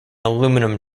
aluminum